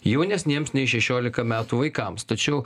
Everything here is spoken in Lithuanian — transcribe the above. jaunesniems nei šešiolika metų vaikams tačiau